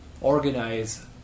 organize